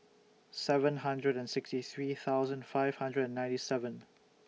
seven hundred and sixty three thousand five hundred and ninety seven